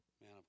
man